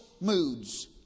moods